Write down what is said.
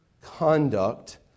Conduct